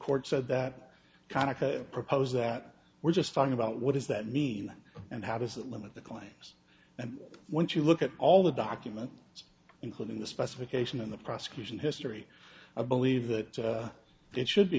court said that kind of propose that we're just talking about what does that mean and how does that limit the claims and once you look at all the documents including the specification and the prosecution history i believe that it should be